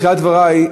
בתחילת דברי,